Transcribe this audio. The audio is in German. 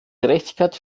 gerechtigkeit